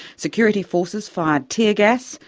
security forces fired tear-gas,